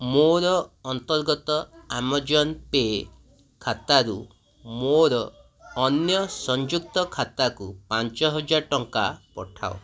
ମୋର ଅନ୍ତର୍ଗତ Amazon Pay' ଖାତାରୁ ମୋର ଅନ୍ୟ ସଂଯୁକ୍ତ ଖାତାକୁ ପାଞ୍ଚହଜାର ଟଙ୍କା ପଠାଅ